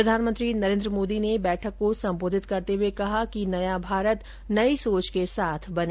प्रधानमंत्री नरेन्द्र मोदी ने बैठक को संबोधित करते हुर्ये कहा कि नया भारत नई सोच के साथ बने